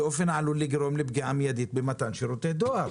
באופן העלול לגרום לפגיעה מידית במתן שירותי דואר.